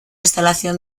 instalación